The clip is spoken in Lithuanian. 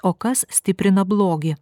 o kas stiprina blogį